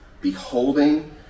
beholding